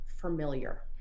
familiar